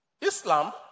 Islam